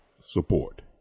support